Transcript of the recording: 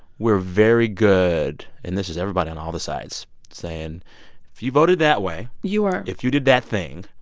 we're very good and this is everybody on all the sides saying if you voted that way. you are. if you did that thing,